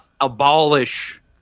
abolish